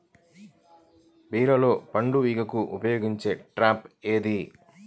బీరలో పండు ఈగకు ఉపయోగించే ట్రాప్ ఏది?